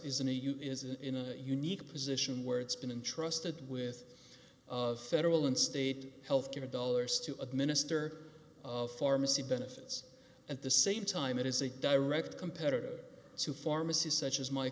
you is in a unique position where it's been intrusted with of federal and state health care dollars to administer of pharmacy benefits at the same time it is a direct competitor to pharmacies such as my